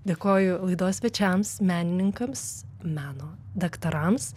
dėkoju laidos svečiams menininkams meno daktarams